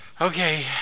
Okay